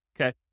okay